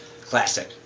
Classic